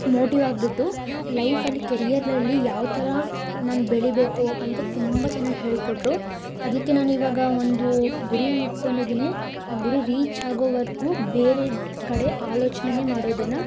motive ಆಗಿಬಿಟ್ಟು ಲೈಫಲ್ಲಿ ಕೆರಿಯರಲ್ಲಿ ಯಾವ ಥರ ನಾನು ಬೆಳಿಬೇಕು ಅಂತ ತುಂಬ ಚೆನ್ನಾಗಿ ಹೇಳಿಕೊಟ್ರು ಅದಕ್ಕೆ ನಾನು ಇವಾಗ ಒಂದು ಗುರಿಯನ್ನಿಟ್ಕೊಂಡಿದ್ದೀನಿ ಆ ಗುರಿ ರೀಚ್ ಆಗೋವರೆಗೂ ಬೇರೆ ಕಡೆ ಆಲೋಚನೇನೇ ಮಾಡೋದಿಲ್ಲ